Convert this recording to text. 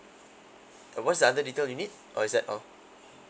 what's the other detail you need or is that all